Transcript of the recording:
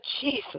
Jesus